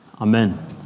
Amen